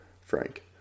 Frank